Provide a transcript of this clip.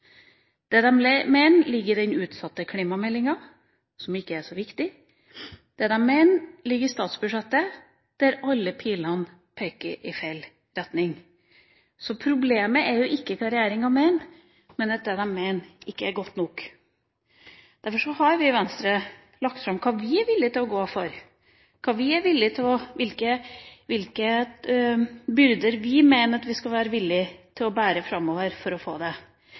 den utsatte klimameldinga – som ikke er så viktig. Det de mener, ligger i statsbudsjettet, der alle pilene peker i feil retning. Så problemet er jo ikke hva regjeringa mener, men at det de mener, ikke er godt nok. Derfor har vi i Venstre lagt fram hva vi er villige til å gå for, hvilke byrder vi mener vi skal være villige til å bære framover for å få til dette, og derfor har vi sagt hvilke grep som vi er villige til å gå for i Klimakur. Det